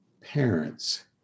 parents